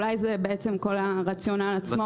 אולי זה כל הרציונל עצמו.